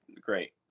great